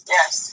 Yes